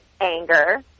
anger